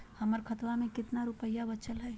हमर खतवा मे कितना रूपयवा बचल हई?